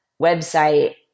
website